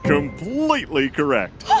completely correct